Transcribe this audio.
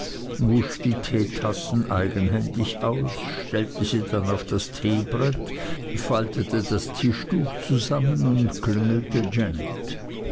die teetassen eigenhändig aus stellte sie dann auf das teebrett faltete das tischtuch zusammen und klingelte janet